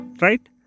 right